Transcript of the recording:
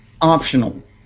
optional